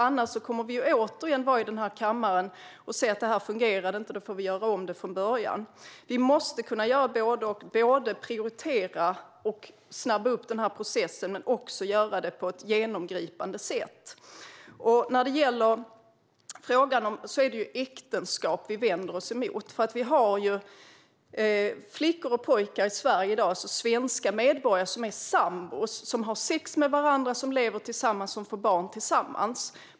Annars kommer vi återigen att stå i den här kammaren och se att det inte fungerade, och så får vi göra om det från början. Vi måste kunna göra både och: prioritera och snabba upp den här processen men också göra det på ett genomgripande sätt. I den här frågan är det äktenskap vi vänder oss emot. Vi har ju flickor och pojkar i Sverige i dag, alltså svenska medborgare, som är sambo med varandra, som har sex med varandra, som lever tillsammans och som får barn tillsammans.